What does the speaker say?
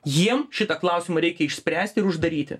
jiem šitą klausimą reikia išspręsti ir uždaryti